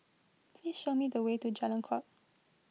please show me the way to Jalan Kuak